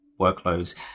workloads